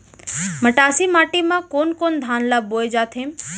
मटासी माटी मा कोन कोन धान ला बोये जाथे?